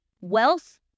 wealth